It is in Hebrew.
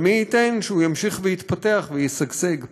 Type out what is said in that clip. מי ייתן שהוא ימשיך ויתפתח וישגשג.